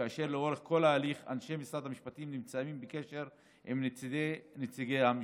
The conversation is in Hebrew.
ולאורך כל ההליך אנשי משרד המשפטים נמצאים בקשר עם נציגי המשפחה.